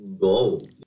go